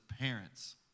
parents